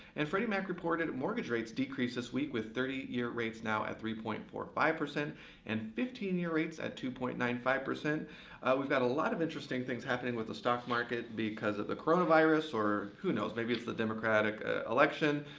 and freddie mac reported mortgage rates decrease this week with thirty year rates now at three point four five and fifteen year rates at two point nine five. we've got a lot of interesting things happening with the stock market because of the coronavirus or, who knows, maybe it's the democratic election.